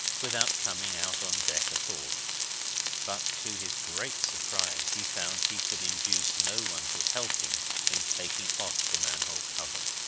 without coming out on deck at all but to his great surprise he found he could induce no one to help him in taking off the manhole cover.